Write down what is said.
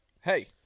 Hey